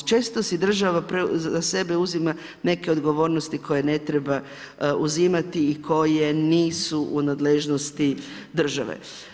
Često si država na sebe uzima neke odgovornosti koje ne treba uzimati i koje nisu u nadležnosti države.